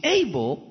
able